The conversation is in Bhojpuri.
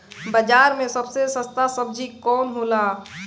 बाजार मे सबसे सस्ता सबजी कौन होला?